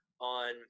on